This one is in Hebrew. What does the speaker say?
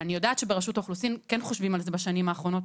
אני יודעת שברשות האוכלוסין כן חושבים על זה בשנים האחרונות,